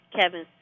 Kevin